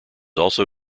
also